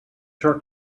short